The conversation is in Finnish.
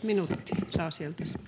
Time: 16:39 Content: